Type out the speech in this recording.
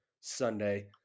Sunday